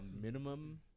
minimum